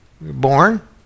Born